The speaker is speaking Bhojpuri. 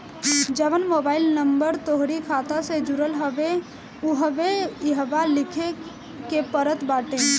जवन मोबाइल नंबर तोहरी खाता से जुड़ल हवे उहवे इहवा लिखे के पड़त बाटे